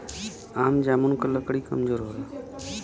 आम जामुन क लकड़ी कमजोर होला